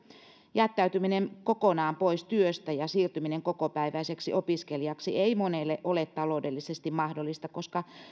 jättäytyminen kokonaan pois työstä ja siirtyminen kokopäiväiseksi opiskelijaksi ei monelle ole taloudellisesti mahdollista koska